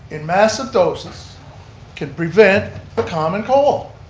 in massive doses can prevent the common cold.